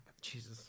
Jesus